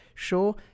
sure